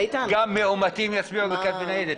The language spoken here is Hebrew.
גם מאומתים יצביעו בקלפי ניידת.